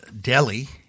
Delhi